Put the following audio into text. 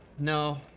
no.